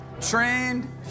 trained